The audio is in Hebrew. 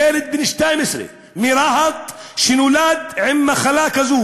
ילד בן 12 מרהט שנולד עם מחלה כזאת,